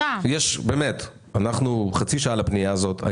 אנחנו חצי שעה דנים בפנייה הזאת.